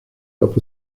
upper